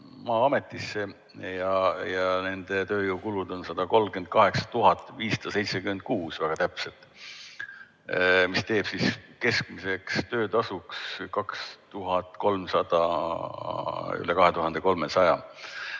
Maa-ametisse ja nende tööjõukulud on 138 576 eurot, väga täpselt, mis teeb keskmiseks töötasuks üle 2300.